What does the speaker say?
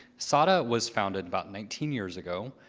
sada was founded about nineteen years ago.